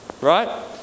Right